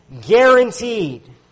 Guaranteed